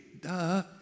duh